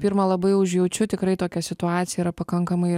pirma labai užjaučiu tikrai tokią situaciją yra pakankamai